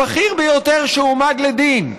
הבכיר ביותר שהועמד לדין,